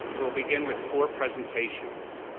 we'll begin with four presentations.